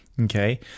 Okay